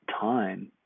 time